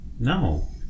No